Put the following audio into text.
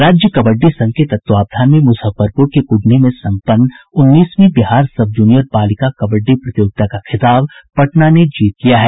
राज्य कबड्डी संघ के तत्वावधान में मुजफ्फरपुर के कुढ़नी में संपन्न उन्नीसवीं बिहार सब जूनियर बालिका कबड्डी प्रतियोगिता का खिताब पटना ने जीत लिया है